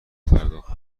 پرداخت